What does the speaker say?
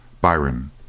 Byron